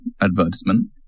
advertisement